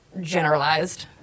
generalized